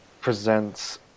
presents